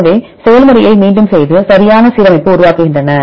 எனவே செயல் முறையை மீண்டும் செய்து சரியான சீரமைப்பு உருவாக்குகின்றன